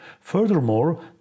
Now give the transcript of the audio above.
Furthermore